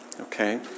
Okay